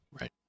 Right